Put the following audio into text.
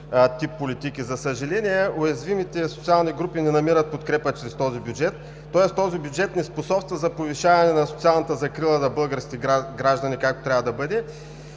тип политики. За съжаление, уязвимите социални групи не намират подкрепа чрез този бюджет, тоест този бюджет не способства за повишаване на социалната закрила на българските граждани, както трябва да бъде.